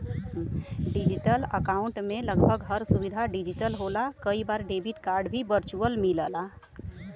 digital account में लगभग हर सुविधा डिजिटल होला कई बार डेबिट कार्ड भी वर्चुअल मिलला